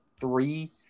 three